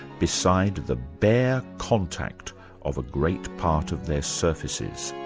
besides the bare contact of a great part of their surfacesthe